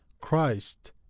Christ